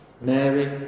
Mary